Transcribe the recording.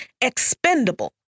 expendable